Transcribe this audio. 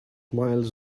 miles